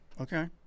Okay